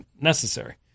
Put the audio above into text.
necessary